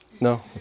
No